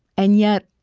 and yet,